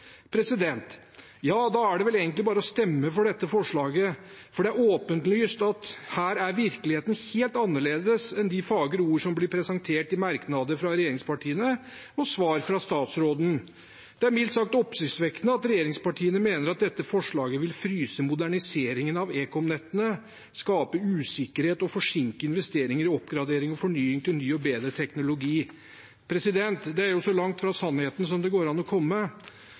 Da er det vel egentlig bare å stemme for dette forslaget, for det er åpenlyst at her er virkeligheten helt annerledes enn de fagre ordene som blir presentert i merknader fra regjeringspartiene og svar fra statsråden. Det er mildt sagt oppsiktsvekkende at regjeringspartiene mener at dette forslaget vil fryse moderniseringen av ekomnettene, skape usikkerhet og forsinke investeringer i oppgradering og fornying til ny og bedre teknologi. Det er så langt fra sannheten som det går an å komme.